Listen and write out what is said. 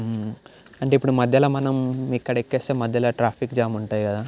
అంటే ఇప్పుడు మధ్యలో మనం ఇక్కడ ఎక్కేస్తే మధ్యలో ట్రాఫిక్ జామ్ ఉంటాయి కదా